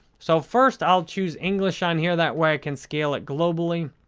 so, first, i'll choose english on here. that way i can scale it globally.